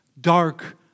dark